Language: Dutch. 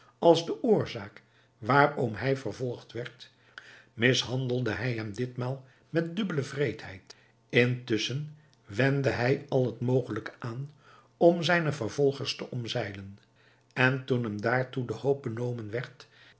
als de oorzaak waarom hij vervolgd werd mishandelde hij hem ditmaal met dubbele wreedheid intusschen wendde hij al het mogelijke aan om zijne vervolgers te ontzeilen en toen hem daartoe de hoop benomen werd